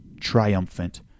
triumphant